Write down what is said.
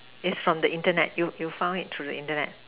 is from the Internet you you found it through the Internet